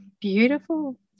Beautiful